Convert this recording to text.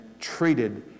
treated